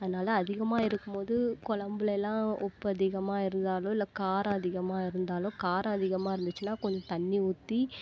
அதனால அதிகமாக இருக்கும் போது குழம்புல எல்லாம் உப்பு அதிகமாக இருந்தாலும் இல்லை காரம் அதிகமாக இருந்தாலும் காரம் அதிகமாக இருந்துச்சுன்னால் கொஞ்சம் தண்ணி ஊற்றி